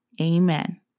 amen